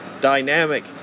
Dynamic